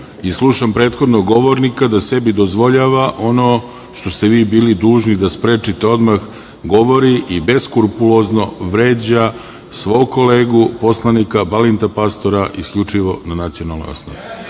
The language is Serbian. i slušam prethodnog govornika da sebi dozvoljava ono što ste vi bili dužni da sprečite odmah, govori i beskrupulozno vređa svog kolegu poslanika Balinta Pastora isključivo na nacionalnoj osnovi. Ovo